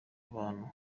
abantu